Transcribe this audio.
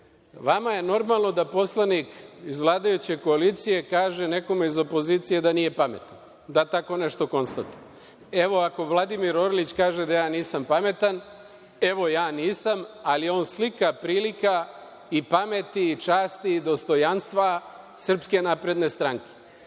Vama je normalno da poslanik i vladajuće koalicije kaže nekome iz opozicije da nije pametan, da tako nešto konstatuje. Ako Vladimir Orlić kaže da ja nisam pametan, evo ja nisam, ali je on slika prilika i pameti i časti i dostojanstva SNS. Vi imate